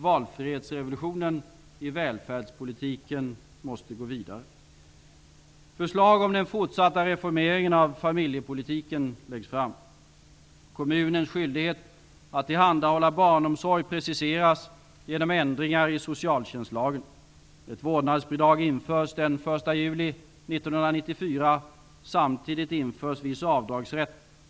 Valfrihetsrevolutionen i välfärdspolitiken måste gå vidare. Förslag om den fortsatta reformeringen av familjepolitiken läggs fram.